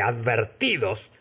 advertidos